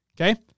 Okay